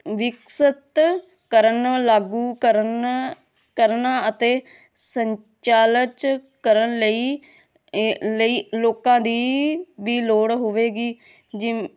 ਵਿਕਸਿਤ ਕਰਨ ਲਾਗੂ ਕਰਨ ਕਰਨਾ ਅਤੇ ਸੰਚਾਲਚ ਕਰਨ ਲਈ ਲਈ ਲੋਕਾਂ ਦੀ ਵੀ ਲੋੜ ਹੋਵੇਗੀ ਜਿਵ